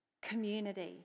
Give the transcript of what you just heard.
community